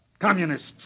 communists